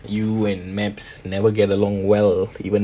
you and maps never get along well even now it seems